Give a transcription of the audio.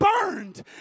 burned